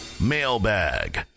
Mailbag